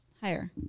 higher